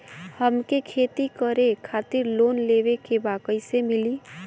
हमके खेती करे खातिर लोन लेवे के बा कइसे मिली?